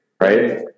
Right